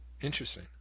Interesting